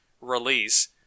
release